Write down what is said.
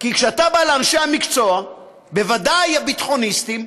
כי כשאתה בא לאנשי המקצוע, ודאי הביטחוניסטים,